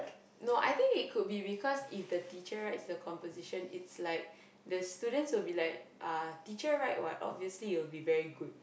no I think it could because if the teacher writes the compositions it's like the students will be like teacher write what obviously it will be very good